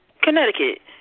Connecticut